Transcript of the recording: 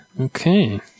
Okay